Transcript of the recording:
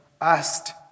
asked